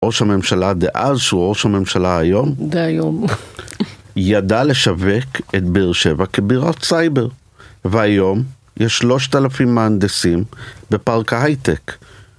ראש הממשלה דאז שהוא ראש הממשלה היום, ידע לשווק את באר שבע כבירת סייבר, והיום יש שלושת אלפים מהנדסים בפארק ההייטק.